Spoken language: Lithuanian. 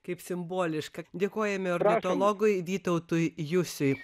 kaip simboliška dėkojame ornitologui vytautui jusiui